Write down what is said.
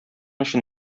өчен